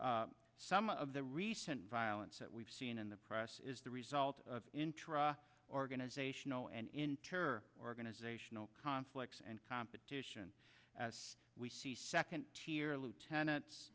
s some of the recent violence that we've seen in the press is the result of intra organizational and inter organizational conflicts and competition as we see second tier lieutenants